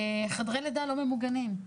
חדרי לידה לא ממוגנים,